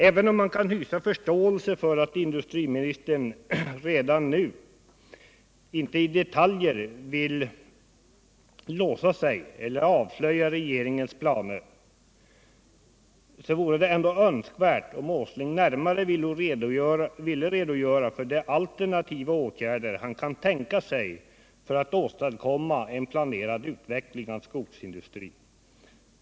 Även om man kan hysa förståelse för att industriministern inte redan nu vill låsa sig i detaljer eller avslöja regeringens planer, vore det önskvärt om Nils Åsling närmare ville redogöra för de alternativa åtgärder han kan tänka sig för att åstadkomma en planerad utveckling av skogsindustrin.